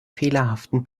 fehlerhaften